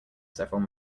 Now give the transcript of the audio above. several